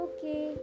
Okay